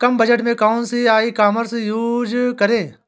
कम budget में कौन सी ई कॉमर्स यूज़ करें?